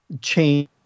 change